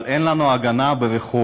אבל אין לנו הגנה ברחוב.